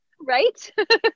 Right